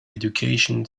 education